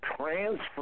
transfer